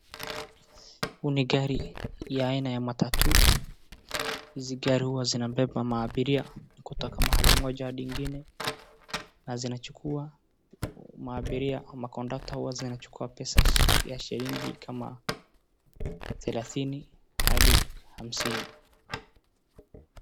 Hii ni gari ya aina ya matatu. Hizi gari huwa zinabeba maabiria kutoka mahali moja hadi ingine na zinachukua maabiria ama conductor huwa zinachukua pesa ya shilingi kama thelathini hadi hamsini.